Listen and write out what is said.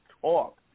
talk